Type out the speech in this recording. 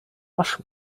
wasch